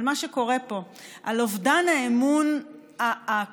על מה שקורה פהף על אובדן האמון הקולוסלי